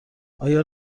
آیا